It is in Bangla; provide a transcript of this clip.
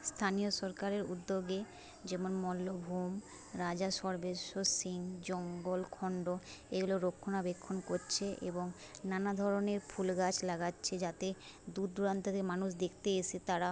স্থানীয় সরকারের উদ্যোগে যেমন মল্লভূম রাজা সর্বেশ্বর সিং জম্বলখন্ড এগুলো রক্ষণাবেক্ষণ করছে এবং নানা ধরনের ফুল গাছ লাগাচ্ছে যাতে দূর দূরান্ত থেকে মানুষ দেখতে এসে তারা